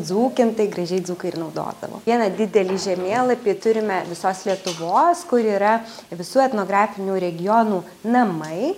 dzūkintai gražiai dzūkai ir naudodavo vieną didelį žemėlapį turime visos lietuvos kur yra visų etnografinių regionų namai